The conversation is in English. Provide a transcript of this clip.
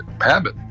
habit